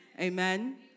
Amen